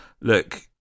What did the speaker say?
look